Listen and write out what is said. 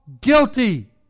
guilty